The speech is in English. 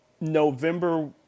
November